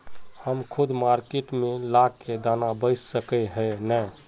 हम खुद मार्केट में ला के दाना बेच सके है नय?